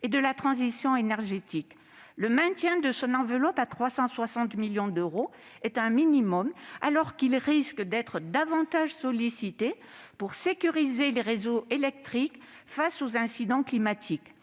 et de la transition énergétique. Le maintien de son enveloppe à 360 millions d'euros est un minimum, alors qu'il risque d'être davantage sollicité pour sécuriser les réseaux électriques face aux incidents climatiques.